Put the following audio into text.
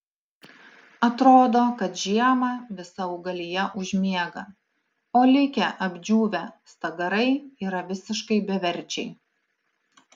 atrodo kad žiemą visa augalija užmiega o likę apdžiūvę stagarai yra visiškai beverčiai